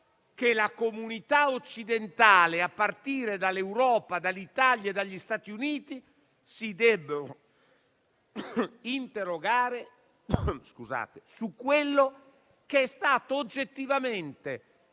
che la comunità occidentale, a partire dall'Europa, dall'Italia e dagli Stati Uniti, si deve interrogare su quello che è stato, oggettivamente,